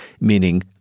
meaning